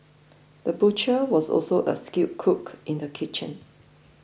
the butcher was also a skilled cook in the kitchen